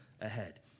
ahead